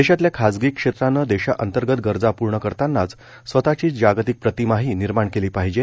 देशातल्या खाजगी क्षेत्रानं देशांतर्गत गरजा पूर्ण करतानाचं स्वतःची जागतिक प्रतिमा ही निर्माण केली पाहीजे